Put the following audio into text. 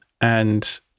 And-